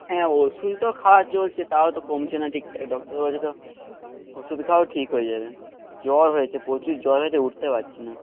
হ্যাঁ ওষুধ তো খাওয়া চলছে তাও তো কমছে না ঠিকঠাক ডক্টর বলছে তো ওষুধ খাও ঠিক হয়ে যাবে জ্বর হয়েছে প্রচুর জ্বর হয়েছে উঠতে পারছি না